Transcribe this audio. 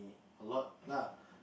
a lot lah